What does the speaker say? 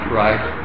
right